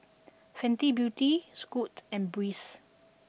Fenty Beauty Scoot and Breeze